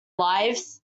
lives